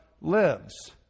lives